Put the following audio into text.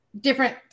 different